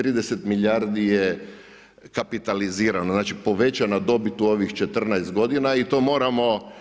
30 milijardi je kapitalizirano, znači povećana dobit u ovih 14 godina i to moramo.